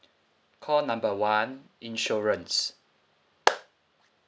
call number one insurance